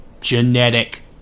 genetic